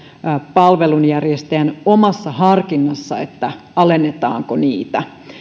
palvelunjärjestäjän omassa harkinnassa alennetaanko